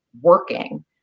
working